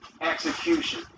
execution